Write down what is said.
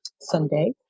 Sunday